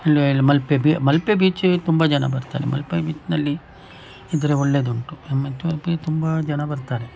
ಅಲ್ಲೆ ಮಲ್ಪೆ ಬೀ ಮಲ್ಪೆ ಬೀಚಿಗೆ ತುಂಬ ಜನ ಬರ್ತಾರೆ ಮಲ್ಪೆ ಬೀಚಿನಲ್ಲಿ ಇದ್ದರೆ ಒಳ್ಳೆದುಂಟು ಮತ್ತೆ ಉಡುಪಿಗೆ ತುಂಬ ಜನ ಬರ್ತಾರೆ